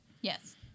Yes